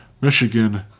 Michigan